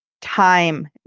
time